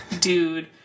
dude